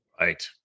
Right